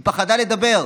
היא פחדה לדבר.